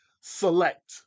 select